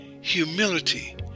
humility